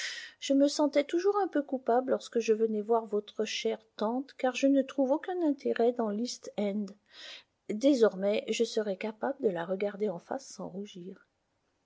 je me sentais toujours un peu coupable lorsque je venais voir votre chère tante car je ne trouve aucun intérêt dans l'east end désormais je serai capable de la regarder en face sans rougir